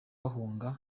bahunga